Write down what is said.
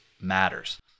matters